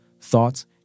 thoughts